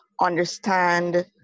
understand